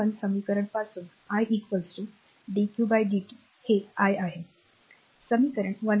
1 समीकरण पासून I dq dt हे I आहे समीकरण 1